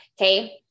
Okay